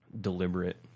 deliberate